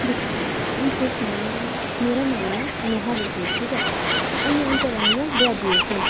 दिक्खो अ'ऊं तु'सेईं सनानी आं मेरा नाम ऐ नेहा देवी ठीक ऐ अजें अ'ऊं करा नी आं ग्रैजुएशन